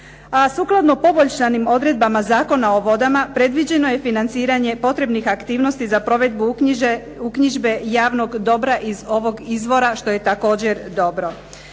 A sukladno poboljšanim odredbama Zakona o vodama predviđeno je financiranje potrebnih aktivnosti za provedbu uknjižbe javnog dobra iz ovog izvora, što je također dobro.